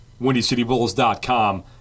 WindyCityBulls.com